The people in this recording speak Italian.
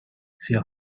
sia